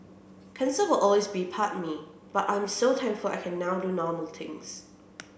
cancer will always be part me but I am so thankful I can now do normal things